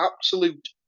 absolute